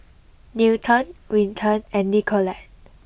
Newton Winton and Nicolette